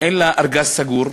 אין לה ארגז סגור,